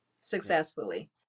successfully